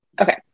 Okay